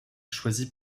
choisi